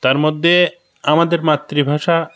তার মধ্যে আমাদের মাতৃভাষা